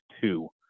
two